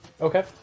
Okay